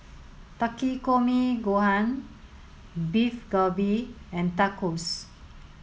Takikomi Gohan Beef Galbi and Tacos